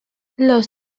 los